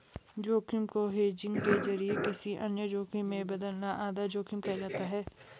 जोखिम को हेजिंग के जरिए किसी अन्य जोखिम में बदलना आधा जोखिम कहलाता है